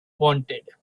wanted